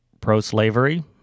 pro-slavery